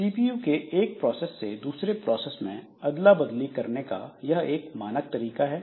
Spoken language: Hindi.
सीपीयू के एक प्रोसेस से दूसरे प्रोसेस में अदला बदली करने का यह एक मानक तरीका है